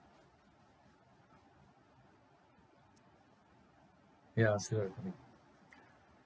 ya still recording